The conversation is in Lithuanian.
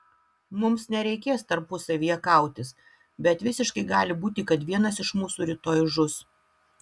mums nereikės tarpusavyje kautis bet visiškai gali būti kad vienas iš mūsų rytoj žus